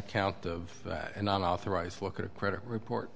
account of that and i'm authorized to look at a credit report